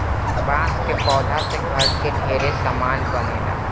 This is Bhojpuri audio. बांस के पौधा से घर के ढेरे सामान बनेला